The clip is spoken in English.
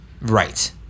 Right